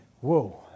whoa